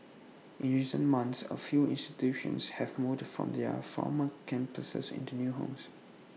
in recent months A few institutions have moved from their former campuses into new homes